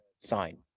sign